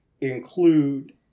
include